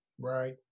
Right